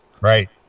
Right